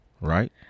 right